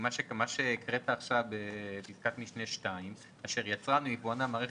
מה שהקראת עכשיו בפסקה (2): "אשר יצרן או יבואן המערכת,